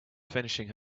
finishing